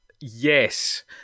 Yes